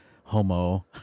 homo